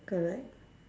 correct